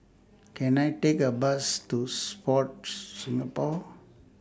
Can I Take A Bus to Sport Singapore